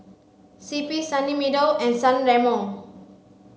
C P Sunny Meadow and San Remo